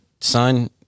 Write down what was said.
son